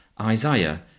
Isaiah